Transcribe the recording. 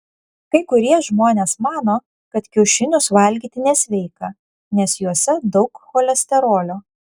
kai kurie žmonės mano kad kiaušinius valgyti nesveika nes juose daug cholesterolio